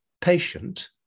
patient